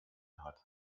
hat